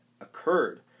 occurred